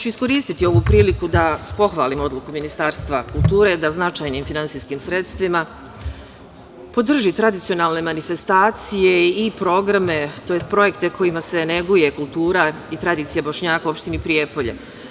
Iskoristću ovu priliku da pohvalim odluku Ministarstva kulture da značajnim finansijskim sredstvima podrži tradicionalne manifestacije i programe, tj. projekte kojima se neguje kultura i tradicija Bošnjaka u opštini Prijepolje.